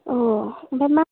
औ ओमफ्राय मा